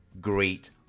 great